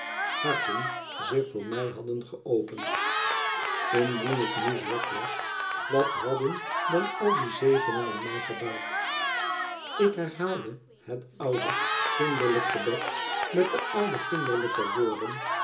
harten zich voor mij hadden geopend indien ik nu zwak was wat hadden dan al die zegeningen mij gebaat ik herhaalde het oude kinderlijk gebed met de oude kinderlijke woorden